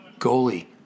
Goalie